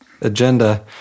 agenda